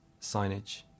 signage